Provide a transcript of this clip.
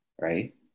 right